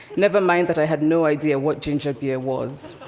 never mind that i had no idea what ginger beer was.